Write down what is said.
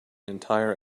entire